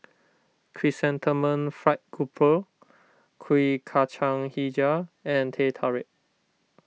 Chrysanthemum Fried Grouper Kuih Kacang HiJau and Teh Tarik